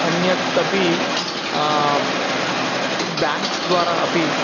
अन्यत् अपि ब्याङ्क्स्द्वारा अपि